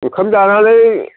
ओंखाम जानानै